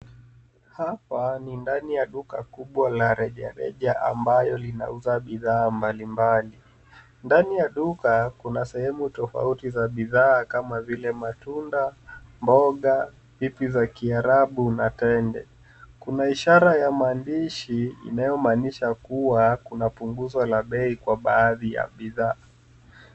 Hapa ni ndani ya duka kubwa la rejareja ambayo linauza bidhaa mbalimbali. Ndani ya duka kuna sehemu tofauti za bidhaa kama vile matunda, mboga vitu kiarabu na tende. Kuna ishara ya maandishi inayo maanisha kuwa kuna punguzo la bei kwa baadhi ya bidhaa.